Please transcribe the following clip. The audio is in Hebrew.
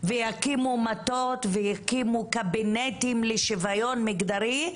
ויקימו מטות ויקימו קבינטים לשוויון מגדרי,